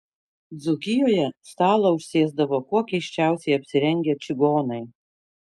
dzūkijoje stalą užsėsdavo kuo keisčiausiai apsirengę čigonai